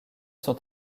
sont